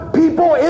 people